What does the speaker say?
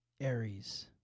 Aries